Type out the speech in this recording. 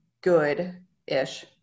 good-ish